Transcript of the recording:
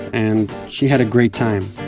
and she had a great time.